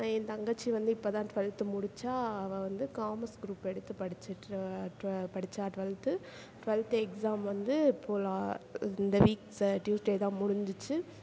என் தங்கச்சி வந்து இப்போ தான் டுவெல்த்து முடித்தா அவள் வந்து காமர்ஸ் குரூப் எடுத்து படிச்சிட்ரு டு படிச்சாள் டுவெல்த்து டுவெல்த் எக்ஸாம் வந்து இப்போது லா இந்த வீக் ச டியூஸ்டே தான் முடிஞ்சுச்சி